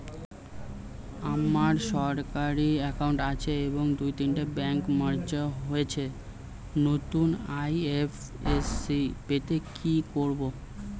আমার সরকারি একাউন্ট আছে এবং দু তিনটে ব্যাংক মার্জ হয়েছে, নতুন আই.এফ.এস.সি পেতে কি করব?